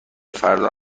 فردا